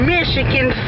Michigan